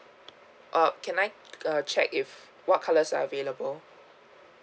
oh can I uh check if what colors are available